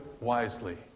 wisely